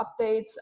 updates